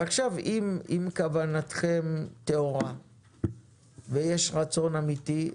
עכשיו אם כוונתכם טהורה ויש רצון אמיתי,